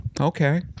okay